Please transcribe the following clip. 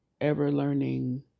ever-learning